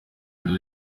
nawe